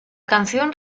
canción